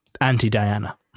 anti-Diana